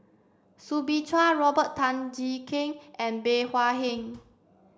Soo Bin Chua Robert Tan Jee Keng and Bey Hua Heng